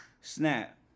snap